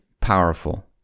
powerful